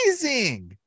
amazing